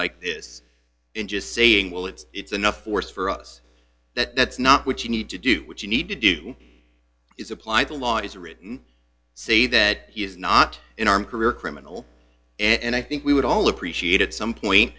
like this in just saying well it's it's enough force for us that's not what you need to do what you need to do is apply the law as written say that he is not an arm career criminal and i think we would all appreciate it some point